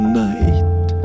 night